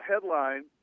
headline